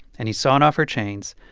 and he sawed off her chains,